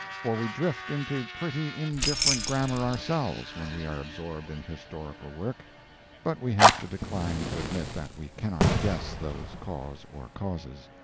for we drift into pretty indifferent grammar ourselves when we are absorbed in historical work but we have to decline to admit that we cannot guess those cause or causes.